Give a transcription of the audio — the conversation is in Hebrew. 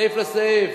מסעיף לסעיף.